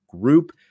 group